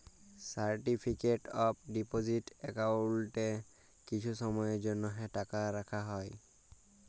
certificate of deposit একাউল্টে কিছু সময়ের জ্যনহে টাকা রাখা হ্যয়